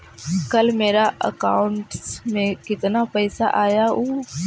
कल मेरा अकाउंटस में कितना पैसा आया ऊ?